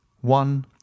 one